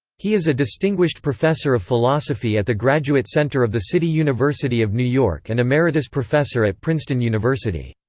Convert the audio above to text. he is a distinguished professor of philosophy at the graduate center of the city university of new york and emeritus professor at princeton university.